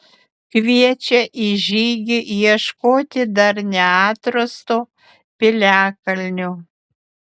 kviečia į žygį ieškoti dar neatrasto piliakalnio